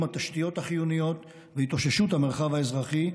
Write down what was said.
התשתיות החיוניות והתאוששות המרחב האזרחי,